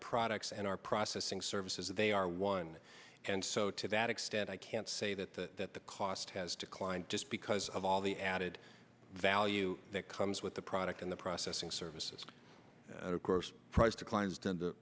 products and our processing services they are one and so to that extent i can't say that that that the cost has declined just because of all all the added value that comes with the product in the processing services and of course price declines tend to